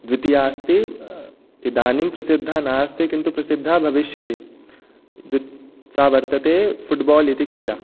द्वितीया अस्ति इदानीं प्रसिद्धा नास्ति किन्तु प्रसिद्धा भविष्यति द्व् सा वर्तते फुट्बाल् इति क्रीडा